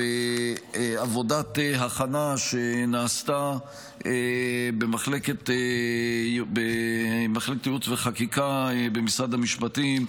ועבודת הכנה שנעשתה במחלקת ייעוץ וחקיקה במשרד המשפטים,